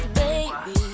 baby